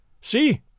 See